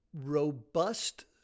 robust